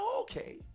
okay